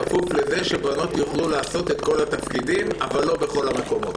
כפוף לכך שבנות יוכלו לעשות את כל התפקידים אבל לא בכל המקומות.